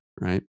Right